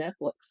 Netflix